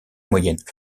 moyennes